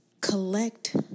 collect